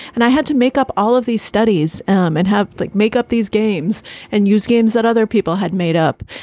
and i had to make up all of these studies um and have like make up these games and use games that other people had made up.